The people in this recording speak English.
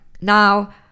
Now